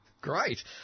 Great